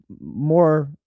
more